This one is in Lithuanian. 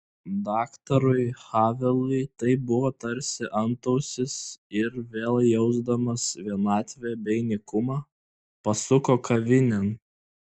daktarui havelui tai buvo tarsi antausis ir vėl jausdamas vienatvę bei nykumą pasuko kavinėn